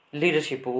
leadership